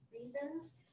reasons